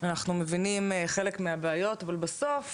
אנחנו מבינים חלק מהבעיות, אבל בסוף